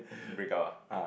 break up ah